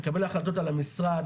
תקבל החלטות על המשרד,